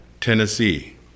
Tennessee